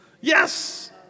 Yes